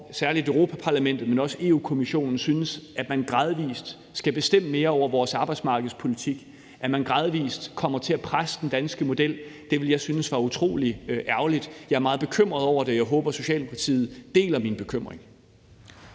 særlig Europa-Parlamentet, men også Europa-Kommissionen synes, at man gradvis skal bestemme mere over vores arbejdsmarkedspolitik, så man gradvis kommer til at presse den danske model. Det ville jeg synes var utrolig ærgerligt. Jeg er meget bekymret over det, og jeg håber, Socialdemokratiet deler min bekymring.